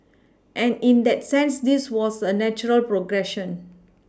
and in that sense this was a natural progression